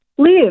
live